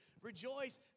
Rejoice